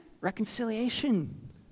reconciliation